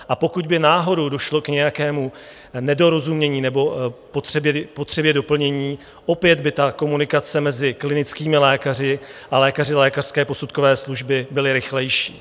A pokud by náhodou došlo k nějakému nedorozumění nebo potřebě doplnění, opět by ta komunikace mezi klinickými lékaři a lékaři lékařské posudkové služby byla rychlejší.